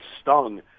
stung